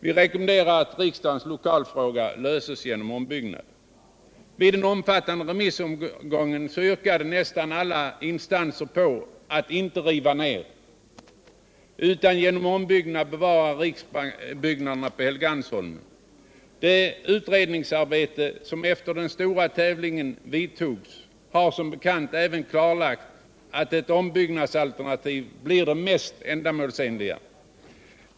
Vi rekommenderar att riksdagens lokalfråga löses genom ombyggnad.” Vid den omfattande remissomgången yrkade nästan alla instanser på att inte riva, utan på att genom ombyggnad bevara riksbyggnaderna på Helgeandsholmen. Det utredningsarbete som efter den stora tävlingen vidtogs, har som bekant även klarlagt att ett ombyggnadsalternativ blir det mest ändamålsenliga.